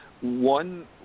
one